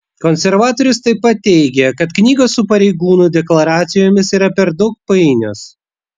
konservatorius taip pat teigė kad knygos su pareigūnų deklaracijomis yra per daug painios